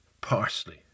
Parsley